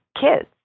kids